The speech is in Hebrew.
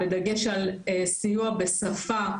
בדגש על סיוע בשפה,